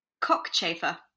cockchafer